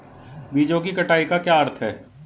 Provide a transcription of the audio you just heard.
बीजों की कटाई का क्या अर्थ है?